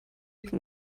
can